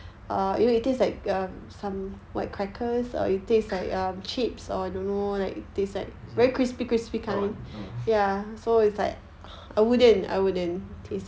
is it prawn no